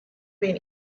been